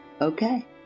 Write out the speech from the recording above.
Okay